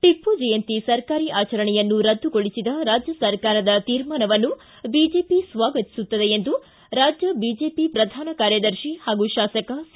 ಟಿಪ್ಪು ಜಯಂತಿ ಸರ್ಕಾರಿ ಆಚರಣೆಯನ್ನು ರದ್ದುಗೊಳಿಸಿದ ರಾಜ್ಯ ಸರ್ಕಾರದ ತೀರ್ಮಾನವನ್ನು ಬಿಜೆಪಿ ಸ್ವಾಗತಿಸುತ್ತದೆ ಎಂದು ರಾಜ್ಯ ಬಿಜೆಪಿ ಪ್ರಧಾನ ಕಾರ್ಯದರ್ಶಿ ಹಾಗೂ ಶಾಸಕ ಸಿ